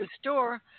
store